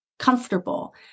Comfortable